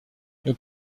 your